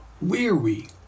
weary